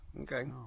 Okay